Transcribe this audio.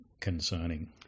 concerning